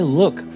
look